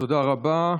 תודה רבה.